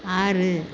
ஆறு